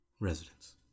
residents